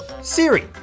Siri